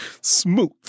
Smooth